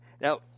Now